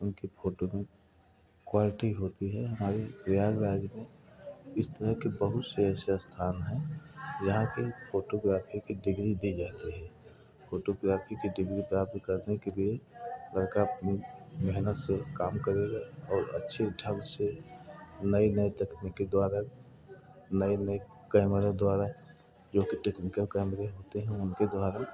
उनकी फोटो में क्वालिटी होती है हमारे प्रयागराज में इस तरह के बहुत से ऐसे स्थान है जहाँ पे फोटोग्राफी की डिग्री दी जाती है फोटोग्राफी की डिग्री प्राप्त करने के लिए लड़का मेहनत से काम करेगा और अच्छे ढंग से नए नए तकनीकें द्वारा नए नए कैमरों द्वारा जोकि टेक्निकल कैमरे होते हैं उनके द्वारा